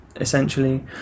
essentially